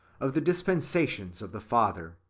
of the dispensations of the father,